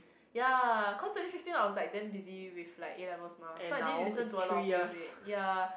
ya cause twenty fifteen I was like damn busy with like A-levels mah so I didn't listen to a lot of music ya